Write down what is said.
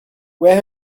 where